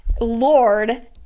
lord